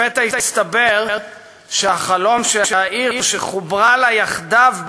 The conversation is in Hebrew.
לפתע הסתבר שהחלום של העיר שחוברה לה יחדיו,